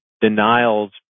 denials